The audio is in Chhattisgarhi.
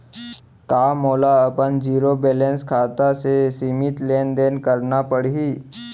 का मोला अपन जीरो बैलेंस खाता से सीमित लेनदेन करना पड़हि?